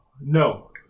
No